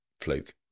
fluke